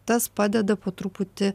tas padeda po truputį